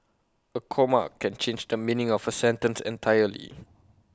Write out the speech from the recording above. A comma can change the meaning of A sentence entirely